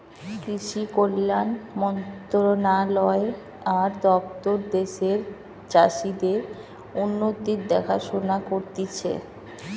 কৃষি কল্যাণ মন্ত্রণালয় আর দপ্তর দ্যাশের চাষীদের উন্নতির দেখাশোনা করতিছে